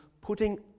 putting